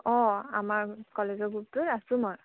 অঁ আমাৰ কলেজৰ গ্ৰুপটোত আছোঁ মই